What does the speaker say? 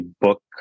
book